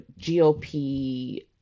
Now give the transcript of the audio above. GOP